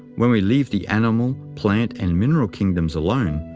when we leave the animal, plant, and mineral kingdoms alone,